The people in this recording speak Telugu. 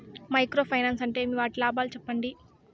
మైక్రో ఫైనాన్స్ అంటే ఏమి? వాటి లాభాలు సెప్పండి?